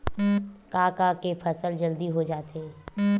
का का के फसल जल्दी हो जाथे?